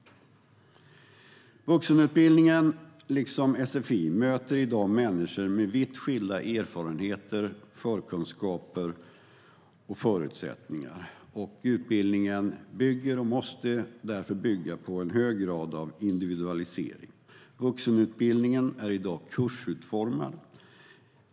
Vuxenutbildningen liksom sfi möter i dag människor med vitt skilda erfarenheter, förkunskaper och förutsättningar. Utbildningen bygger därför - och måste därför bygga - på en hög grad av individualisering. Vuxenutbildningen är i dag kursutformad.